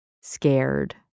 scared